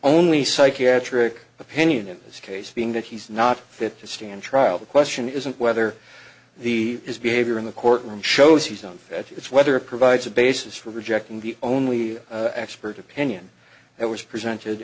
only psychiatric opinion in this case being that he's not fit to stand trial the question isn't whether the his behavior in the courtroom shows he's done that it's whether provides a basis for rejecting the only expert opinion that was presented